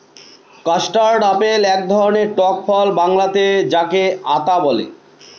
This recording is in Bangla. কাস্টারড আপেল এক ধরনের টক ফল বাংলাতে যাকে আঁতা বলে